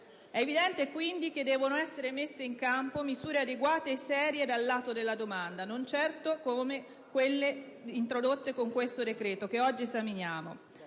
È evidente, quindi, che devono essere messe in campo misure adeguate e serie dal lato della domanda, non certo come quelle introdotte con il decreto che oggi esaminiamo.